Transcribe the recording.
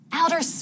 outer